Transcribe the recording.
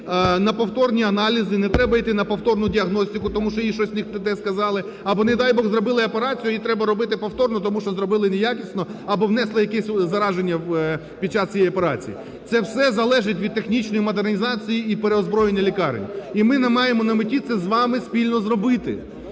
на повторні аналізи, не треба іти на повторну діагностику, тому що їх щось не те сказали або, не дай Бог, зробили операцію і її треба робити повторно, тому що зробили неякісно або внесли якесь зараження під час цієї операції. Це все залежить від технічної модернізації і переозброєння лікарень, і ми маємо на меті це з вами спільно зробити.